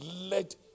let